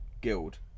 guild